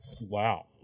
Wow